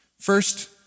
First